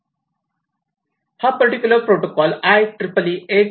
हा particular protocol IEEE 802